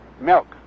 milk